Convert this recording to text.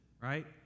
right